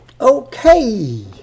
Okay